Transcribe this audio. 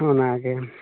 ᱚᱱᱟᱜᱮ